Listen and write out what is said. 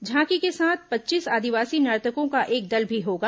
झांकी के साथ पच्चीस आदिवासी नर्तकों का एक दल भी होगा